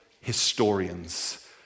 historians